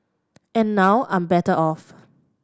and now I'm better off